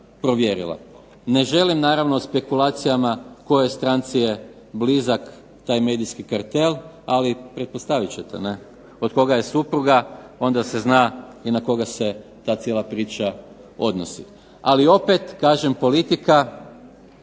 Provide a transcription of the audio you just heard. Ne želim naravno spekulacijama kojoj stranci je blizak taj medijski kartel. Ali pretpostavit ćete ne, od koga je supruga onda se zna i na koga se ta cijela priča odnosi. Ali opet kažem politika